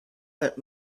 sent